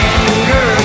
anger